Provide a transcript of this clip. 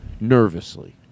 nervously